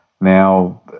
Now